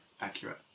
accurate